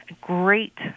great